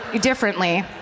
differently